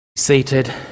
seated